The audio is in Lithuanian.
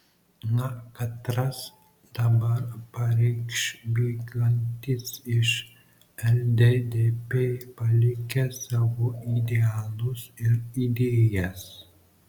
na katras dabar pareikš bėgantis iš lddp palikęs savo idealus ir idėjas